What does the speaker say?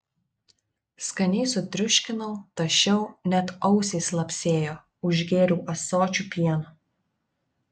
skaniai sutriuškinau tašiau net ausys lapsėjo užgėriau ąsočiu pieno